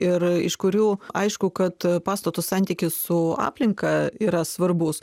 ir iš kurių aišku kad pastatu santykis su aplinka yra svarbus